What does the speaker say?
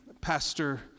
Pastor